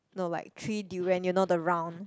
no like three durian you know the round